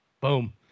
Boom